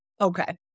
Okay